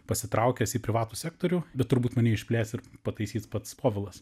pasitraukęs į privatų sektorių bet turbūt mane išplėsti ir pataisyti pats povilas